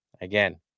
again